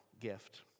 gift